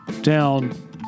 down